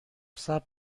صبر